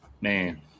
man